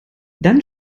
dann